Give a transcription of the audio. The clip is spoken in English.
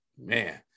Man